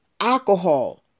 alcohol